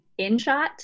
InShot